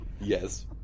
Yes